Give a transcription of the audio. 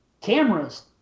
Cameras